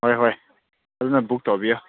ꯍꯣꯏ ꯍꯣꯏ ꯐꯖꯅ ꯕꯨꯛ ꯇꯧꯕꯤꯌꯨ